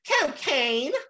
Cocaine